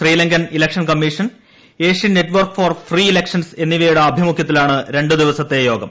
Sri Lankan election commission Asian network four free elections എന്നിവയുടെ ആഭിമുഖ്യ ത്തിലാണ് രണ്ടു ദിവസത്തെ യോഗം